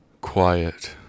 quiet